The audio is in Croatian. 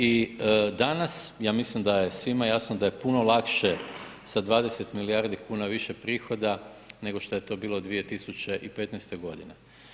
I danas ja mislim da je svima jasno da je puno lakše sa 20 milijardi kuna više prihoda nego što je to bilo 2015. godine.